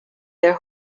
their